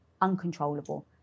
uncontrollable